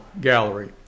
gallery